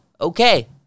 okay